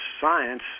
science